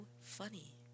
funny